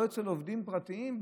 לא אצל מעסיקים פרטיים,